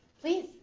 Please